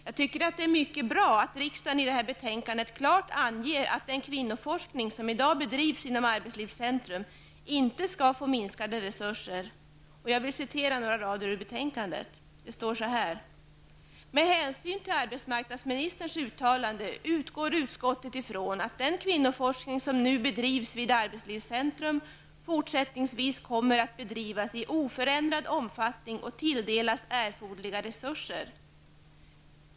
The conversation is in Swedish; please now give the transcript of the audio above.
Jag tycker att det är mycket bra att riksdagen i det här betänkandet klart anger att den kvinnoforskning som bedrivs inom arbetslivscentrum inte skall få minskade resurser. Jag vill citera några rader ur betänkandet: ''Med hänsyn till arbetsmarknadsministerns uttalande utgår utskottet från att den kvinnoforskning som nu bedrivs vid arbetslivscentrum fortsättningsvis kommer att bedrivas i oförändrad omfattning och tilldelas erforderliga resurser.''